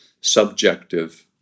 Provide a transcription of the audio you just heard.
subjective